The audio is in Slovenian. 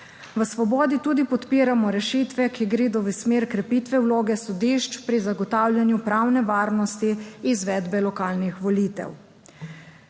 V Svobodi tudi podpiramo rešitve, ki gredo v smer krepitve vloge sodišč pri zagotavljanju pravne varnosti izvedbe lokalnih volitev.